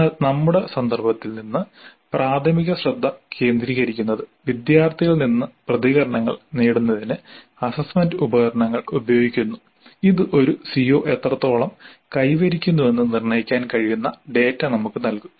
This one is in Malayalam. എന്നാൽ നമ്മുടെ സന്ദർഭത്തിൽ നിന്ന് പ്രാഥമിക ശ്രദ്ധ കേന്ദ്രീകരിക്കുന്നത് വിദ്യാർത്ഥികളിൽ നിന്ന് പ്രതികരണങ്ങൾ നേടുന്നതിന് അസ്സസ്സ്മെന്റ് ഉപകരണങ്ങൾ ഉപയോഗിക്കുന്നു ഇത് ഒരു CO എത്രത്തോളം കൈവരിക്കുന്നുവെന്ന് നിർണ്ണയിക്കാൻ കഴിയുന്ന ഡാറ്റ നമുക്ക് നൽകും